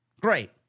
great